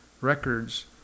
records